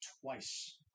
twice